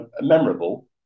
memorable